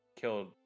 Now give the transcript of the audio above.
Killed